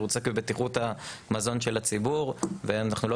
הוא עוסק בבטיחות המזון של הציבור ואנחנו לא